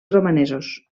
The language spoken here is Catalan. romanesos